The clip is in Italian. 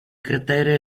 cratere